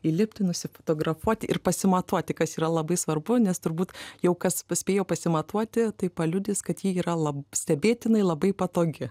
įlipti nusifotografuoti ir pasimatuoti kas yra labai svarbu nes turbūt jau kas paspėjo pasimatuoti tai paliudys kad ji yra lab stebėtinai labai patogi